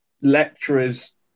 lecturers